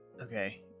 okay